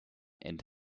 and